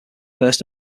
first